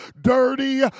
dirty